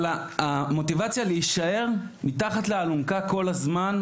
אבל המוטיבציה להישאר מתחת לאלונקה כל הזמן,